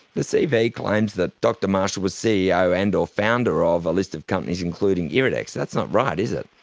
the cv claims that dr marshall was ceo and or founder of a list of companies including iridex, that's not right is it?